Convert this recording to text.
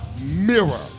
mirror